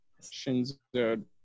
Shinzo